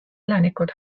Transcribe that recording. elanikud